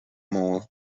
mall